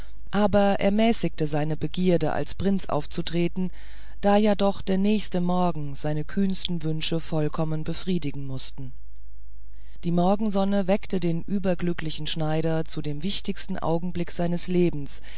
aber er mäßigte seine begierde als prinz aufzutreten da ja doch der nächste morgen seine kühnsten wünsche vollkommen befriedigen mußte die morgensonne weckte den überglücklichen schneider zu dem wichtigsten augenblick seines lebens